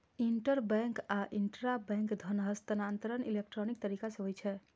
interbank आ intrabank धन हस्तांतरण इलेक्ट्रॉनिक तरीका होइ छै